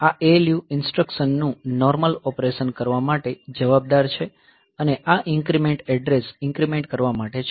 આ ALU ઇન્સટ્રકશનનું normal operation કરવા માટે જવાબદાર છે અને આ ઇન્ક્રીમેન્ટ એડ્રેસ ઇન્ક્રીમેન્ટ કરવા માટે છે